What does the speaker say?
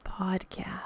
podcast